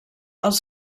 els